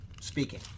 speaking